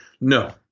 No